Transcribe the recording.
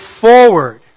forward